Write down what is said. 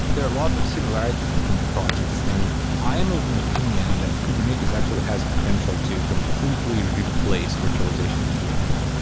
there are lots of similarities between two projects, and i am of an opinion that kubernetes actually has potential to completely replace virtualization in general.